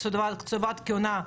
קציבת כהונה,